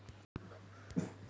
NEFT म्हणजे काय?